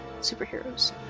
superheroes